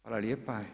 Hvala lijepa.